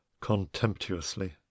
Contemptuously